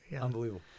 unbelievable